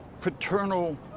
paternal